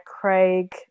Craig